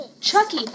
Chucky